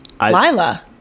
Lila